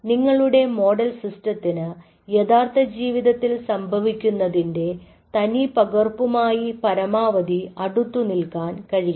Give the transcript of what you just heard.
നിങ്ങളുടെ മോഡൽ സിസ്റ്റത്തിന് യഥാർത്ഥ ജീവിതത്തിൽ സംഭവിക്കുന്നതിന്റെ തനിപ്പകർപ്പുമായി പരമാവധി അടുത്ത് നിൽക്കാൻ കഴിയണം